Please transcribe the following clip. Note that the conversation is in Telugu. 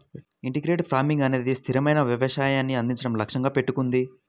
ఇంటిగ్రేటెడ్ ఫార్మింగ్ అనేది స్థిరమైన వ్యవసాయాన్ని అందించడం లక్ష్యంగా పెట్టుకుంది